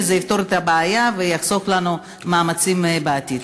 וזה יפתור את הבעיה ויחסוך לנו מאמצים בעתיד.